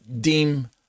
deem